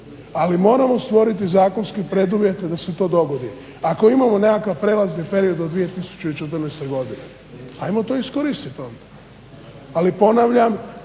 ali moramo stvoriti zakonske preduvjete da se to dogodi. Ako imamo nekakav prijelazni period od 2014. Godine ajmo to iskoristit onda. Ali ponavljam